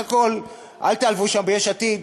ואל תיעלבו שם ביש עתיד,